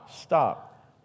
Stop